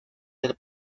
del